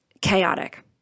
chaotic